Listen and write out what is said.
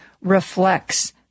reflects